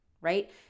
right